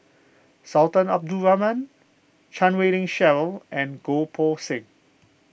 Sultan Abdul Rahman Chan Wei Ling Cheryl and Goh Poh Seng